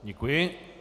Děkuji.